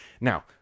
Now